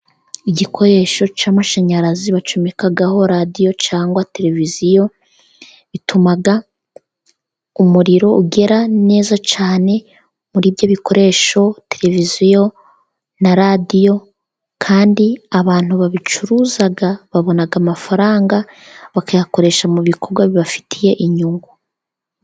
Igikoresho cy'amashanyarazi bacomekaho radiyo cyangwa tereviziyo, bituma umuriro ugera neza cyane, muri ibyo bikoresho tereviziyo na radiyo, kandi abantu babicuruza babona amafaranga, bakayakoresha mu bikorwa bibafitiye inyungu.